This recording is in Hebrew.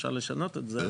אבל אפשר לשנות את זה.